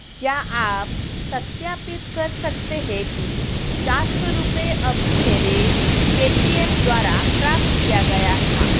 क्या आप सत्यापित कर सकते हैं कि चार सौ रुपये अभी मेरे पेटीएम द्वारा प्राप्त किया गया था